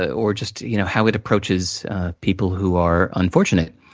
or, just you know how it approaches people who are unfortunate,